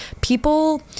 people